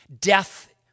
Death